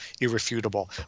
irrefutable